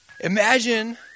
Imagine